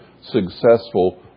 successful